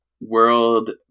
world